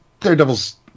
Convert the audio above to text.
daredevil's